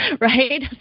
right